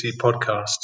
podcast